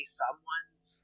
someone's